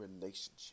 relationship